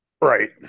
right